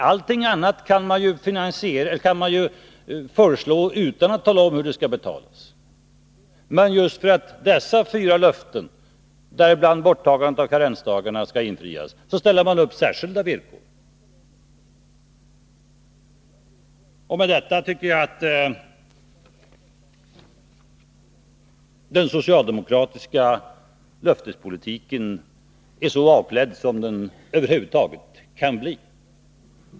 Allting annat kan man ju föreslå utan att tala om hur det skall betalas. Men för att just dessa fyra löften — m.m. däribland borttagande av karensdagarna — skall infrias, ställer man upp särskilda villkor. Med detta tycker jag att den socialdemokratiska löftespolitiken är så avklädd som den över huvud taget kan bli.